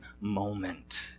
moment